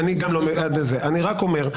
אני רק אומר,